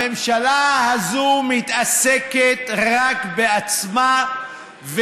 הממשלה הזו מתעסקת רק בעצמה,